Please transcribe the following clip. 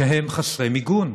שהם חסרי מיגון.